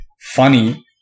funny